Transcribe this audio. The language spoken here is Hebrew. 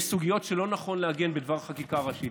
יש סוגיות שלא נכון לעגן בדבר חקיקה ראשית.